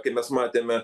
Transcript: kai mes matėme